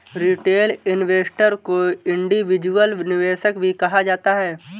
retail investor को individual निवेशक भी कहा जाता है